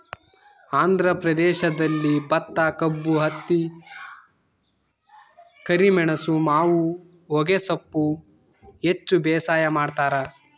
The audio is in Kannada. ಆಂಧ್ರ ಪ್ರದೇಶದಲ್ಲಿ ಭತ್ತಕಬ್ಬು ಹತ್ತಿ ಕರಿಮೆಣಸು ಮಾವು ಹೊಗೆಸೊಪ್ಪು ಹೆಚ್ಚು ಬೇಸಾಯ ಮಾಡ್ತಾರ